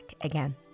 again